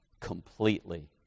completely